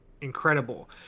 incredible